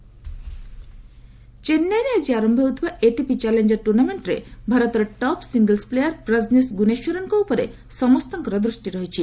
Chennai Open ଚେନ୍ନାଇରେ ଆଜି ଆରମ୍ଭ ହେଉଥିବା ଏଟିପି ଚାଲେଞ୍ଜର ଟୁର୍ଣ୍ଣାମେଣ୍ଟରେ ଭାରତର ଟପ୍ ସିଙ୍ଗଲସ୍ ପ୍ଲେୟାର୍ ପ୍ରଜ୍ନେଶ୍ ଗୁନେଶ୍ୱରନ୍ଙ୍କ ଉପରେ ସମସ୍ତଙ୍କର ଦୃଷ୍ଟି ରହିଛି